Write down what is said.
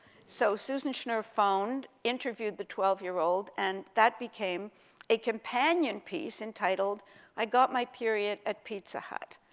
so susan schnur phoned, interviewed the twelve-year-old, and that became a companion piece entitled i got my period at pizza hut.